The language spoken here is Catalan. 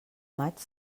maig